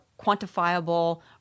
quantifiable